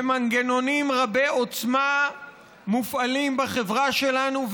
ומנגנונים רבי עוצמה מופעלים בחברה שלנו,